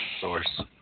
Source